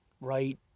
right